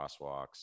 crosswalks